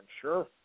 Sure